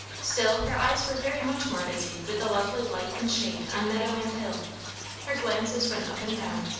still her eyes were very much more busy with the lovely light and shade on meadow and hill her glances went up and down,